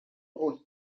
роль